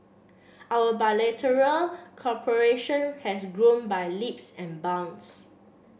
our bilateral cooperation has grown by leaps and bounds